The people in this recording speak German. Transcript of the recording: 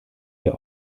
hier